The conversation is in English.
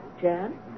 Jan